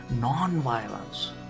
non-violence